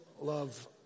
love